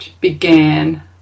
began